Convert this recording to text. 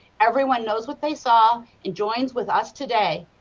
everyone knows what they saw, and joins with us today,